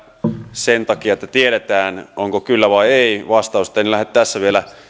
sen takia että tiedetään onko kyllä vai ei vastaus en lähde tässä vielä